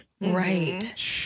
Right